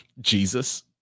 Jesus